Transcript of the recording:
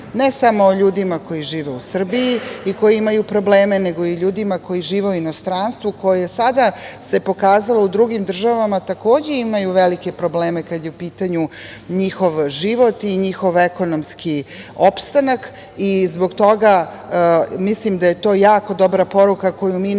ne samo o ljudima koji žive u Srbiji i koji imaju probleme, nego i ljudima koji žive u inostranstvu, koji, sada se pokazalo, u drugim državama takođe imaju velike probleme kada je u pitanju njihov život i njihov ekonomski opstanak i zbog toga mislim da je to jako dobra poruka koju mi negde